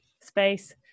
space